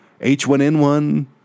H1N1